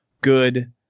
good